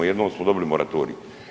Jednom smo dobili moratorij.